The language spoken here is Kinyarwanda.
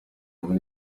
muri